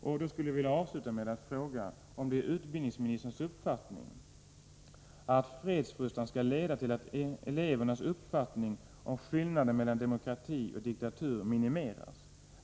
Jag skulle vilja avsluta med att fråga, om det är utbildningsministerns uppfattning att fredsfostran skall leda till att elevernas uppfattning om skillnaden mellan demokrati och diktatur minimeras.